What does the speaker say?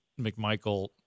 McMichael